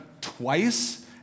twice